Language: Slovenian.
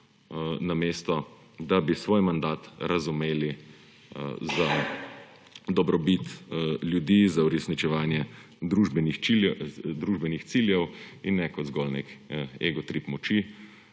namesto da bi svoj mandat razumeli za dobrobit ljudi, za uresničevanje družbenih ciljev in ne kot zgolj nek egotrip moči,